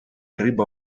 риба